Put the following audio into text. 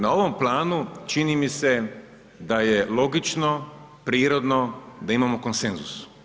Na ovom planu, čini mi se, da je logično, prirodno da imamo konsenzus.